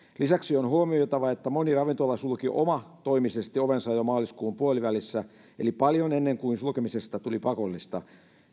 lisäksi on huomioitava että moni ravintola sulki omatoimisesti ovensa jo maaliskuun puolivälissä eli paljon ennen kuin sulkemisesta tuli pakollista